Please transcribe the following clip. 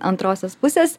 antrosios pusės